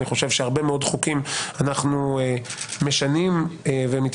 אני חושב שהרבה מאוד חוקים אנחנו משנים ומתייחסים